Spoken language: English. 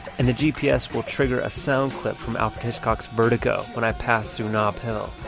and the gps will trigger a sound clip from alfred hitchcock's vertigo when i pass through nob hill.